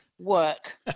work